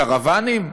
קרוונים?